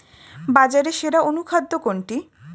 বাজারে সেরা অনুখাদ্য কোনটি?